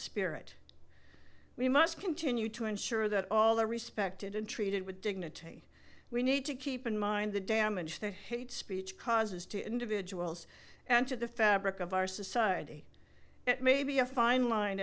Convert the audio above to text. spirit we must continue to ensure that all are respected and treated with dignity we need to keep in mind the damage the hate speech causes to individuals and to the fabric of our society it may be a fine line